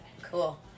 Cool